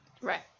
Right